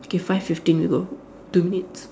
okay five fifteen we go two minutes